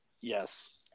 Yes